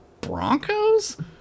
Broncos